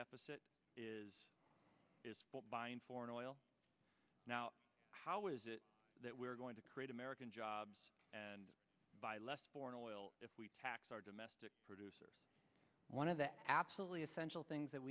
deficit is buying foreign oil now how is it that we're going to create american jobs and buy less foreign oil if we tax our domestic producer one of the absolutely essential things that